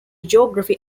geography